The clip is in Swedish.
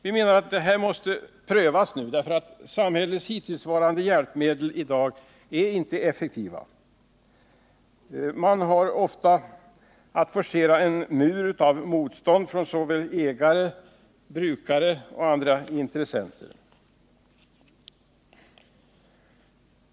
Vi anser att detta måste prövas nu, eftersom samhällets hjälpmedel i dag inte är effektiva. Man har ofta att forcera en mur av motstånd, inte bara från ägare utan också från brukare och andra intressenter.